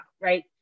right